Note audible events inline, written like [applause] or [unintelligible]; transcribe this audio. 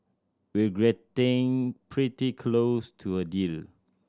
we're [unintelligible] pretty close to a deal